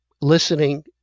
listening